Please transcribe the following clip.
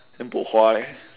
then bo hua leh